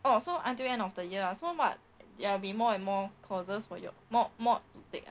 orh so until the end of the year ah so what there will be more and more courses for your mod mod you take